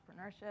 entrepreneurship